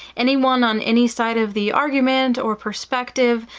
anyone on any side of the argument or perspective,